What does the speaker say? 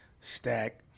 Stack